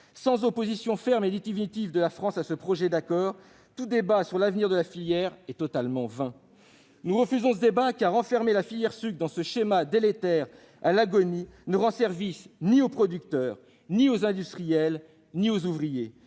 Sans opposition ferme et définitive de la France à ce texte, tout débat sur l'avenir de la filière est totalement vain. Nous refusons ce débat, car enfermer la filière sucre dans ce schéma délétère et à l'agonie ne rend service ni aux producteurs, ni aux industriels, ni aux ouvriers.